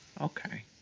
Okay